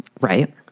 Right